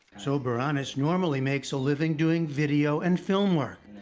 soberanis normally makes a living doing video and film work.